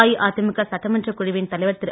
அஇஅதிமுக சட்டமன்றக் குழுவின் தலைவர் திரு